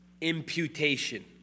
imputation